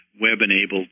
web-enabled